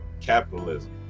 capitalism